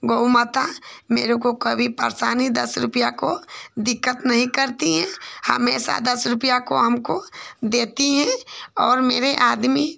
गऊ माता मुझको कभी परेशानी दस रुपया की दिक्कत नहीं करती हैं हमेशा दस रुपया काे हमको देती हैं और मेरे आदमी